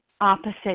opposite